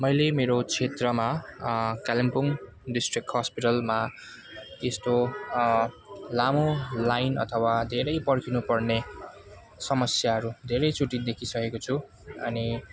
मैले मेरो क्षेत्रमा कालिम्पोङ डिस्ट्रिक्ट हस्पिटलमा यस्तो लामो लाइन अथवा धेरै पर्खिनु पर्ने समस्याहरू धेरैचोटि देखिसकेको छु अनि